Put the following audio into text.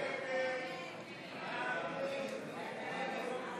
הסתייגות 2 לא נתקבלה.